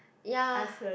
ya